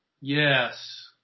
Yes